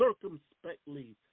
circumspectly